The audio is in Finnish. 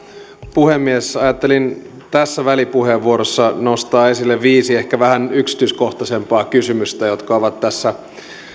puhemies ajattelin tässä välipuheenvuorossa nostaa esille viisi ehkä vähän yksityiskohtaisempaa kysymystä jotka ovat tässä